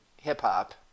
hip-hop